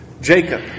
Jacob